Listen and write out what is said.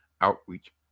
outreach